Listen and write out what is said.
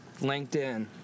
LinkedIn